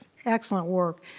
excellent work.